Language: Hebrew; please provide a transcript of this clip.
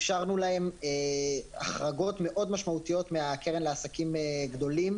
אפשרנו להן החרגות מאוד משמעותיות מהקרן לעסקים גדולים